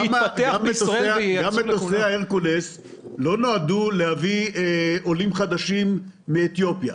גם מטוסי ההרקולס לא נועדו להביא עולים חדשים מאתיופיה,